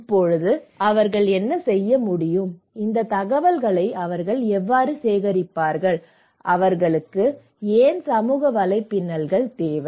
இப்போது அவர்கள் என்ன செய்ய முடியும் இந்த தகவல்களை அவர்கள் எவ்வாறு சேகரிப்பார்கள் அவர்களுக்கு ஏன் சமூக வலைப்பின்னல்கள் தேவை